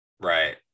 Right